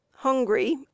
hungry